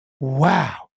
wow